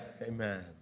Amen